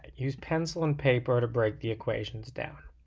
use pencil and paper to break the equations down